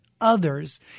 others